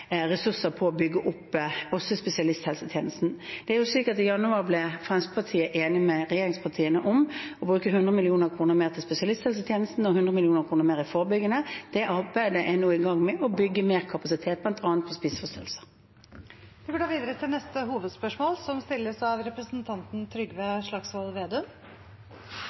ressurser på å bygge opp også spesialisthelsetjenesten. I januar ble Fremskrittspartiet enig med regjeringspartiene om å bruke 100 mill. kr mer til spesialisthelsetjenesten og 100 mill. kr mer på det forebyggende. Arbeidet er nå i gang med å bygge mer kapasitet, bl.a. på spiseforstyrrelser. Vi går videre til neste hovedspørsmål.